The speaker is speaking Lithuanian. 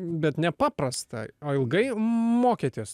bet nepaprasta o ilgai mokėtės